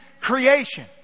creation